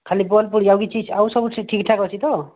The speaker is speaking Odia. ଖାଲି ବଲ୍ବ୍ ପୋଡ଼ିଛି ଆଉ କିଛି ଆଉ ସବୁ ଠିକ୍ ଠାକ୍ ଅଛି ତ